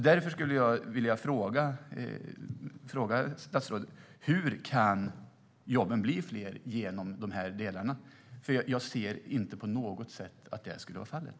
Därför vill jag fråga statsrådet hur jobben kan bli fler genom de delarna. Jag ser nämligen inte på något sätt att det skulle vara fallet.